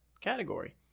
category